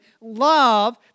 love